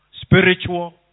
Spiritual